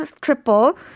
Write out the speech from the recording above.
triple